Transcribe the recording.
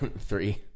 Three